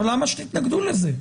למה שתתנגדו לזה?